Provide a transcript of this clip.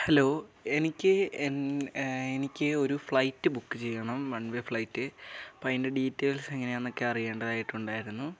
hello എനിക്ക് എനിക്ക് ഒരു ഫ്ലൈറ്റ് ബുക്ക് ചെയ്യണം വൺ വേ ഫ്ലൈറ്റ് അപ്പം അതിൻ്റെ ഡീറ്റെയിൽസ് എങ്ങനെയാണെന്നൊക്കെ അറിയേണ്ടതായിട്ടുണ്ടായിരുന്നു